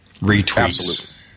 retweets